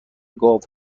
گاو